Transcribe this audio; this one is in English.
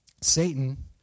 Satan